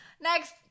Next